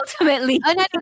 Ultimately